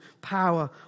power